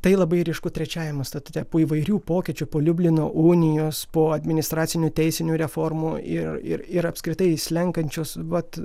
tai labai ryšku trečiajame statute po įvairių pokyčių po liublino unijos po administracinių teisinių reformų ir ir ir apskritai slenkančios vat